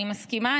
אני מסכימה,